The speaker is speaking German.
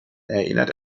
erinnert